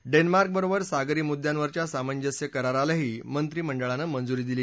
डेन्मार्कबरोबर सागरी मुद्दयांवरच्या सामंजस्य करारालाही मंत्रिमंडळानं मंजुरी दिली